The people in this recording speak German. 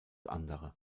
andere